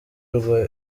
rwa